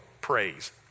praise